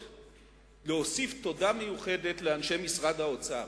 ולהוסיף תודה מיוחדת לאנשי משרד האוצר,